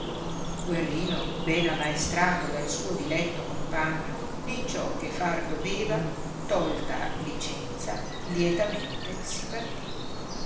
guerrino ben ammaestrato dal suo diletto compagno di ciò che far doveva tolta licenza lietamente si partì